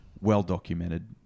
well-documented